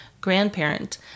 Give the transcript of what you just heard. grandparent